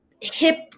hip